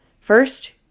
First